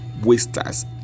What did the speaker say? wasters